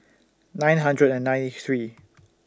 nine hundred and ninety three